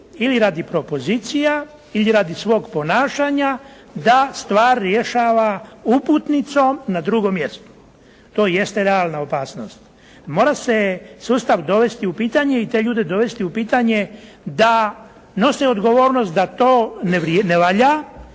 ili radi propozicija ili radi svog ponašanja da stvar rješava uputnicom na drugom mjestu. To jeste realna opasnost. Mora se sustav dovesti u pitanje i te ljude dovesti u pitanje da nose odgovornost da to ne valja